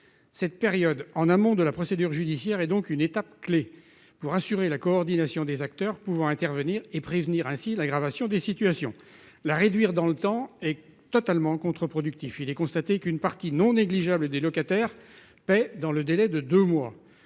Cette période en amont de la procédure judiciaire et donc une étape clé pour assurer la coordination des acteurs pouvant intervenir et prévenir ainsi l'aggravation des situations la réduire dans le temps et totalement contre-productif. Il est constaté qu'une partie non négligeable et des locataires paient dans le délai de deux mois